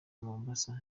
mombasa